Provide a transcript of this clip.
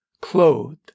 clothed